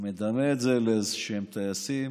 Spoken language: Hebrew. הוא מדמה את זה לאיזשהם טייסים